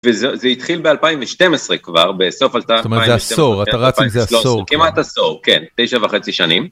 זה התחיל ב-2012 כבר בסוף 2012. כלומר זה עשור, אתה רץ עם זה עשור. כמעט עשור, כן, 9 וחצי שנים.